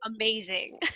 amazing